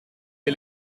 est